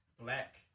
black